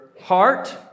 heart